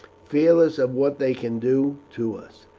fearless of what they can do to us.